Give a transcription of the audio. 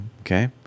okay